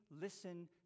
listen